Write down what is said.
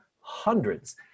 hundreds